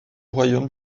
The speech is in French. royaume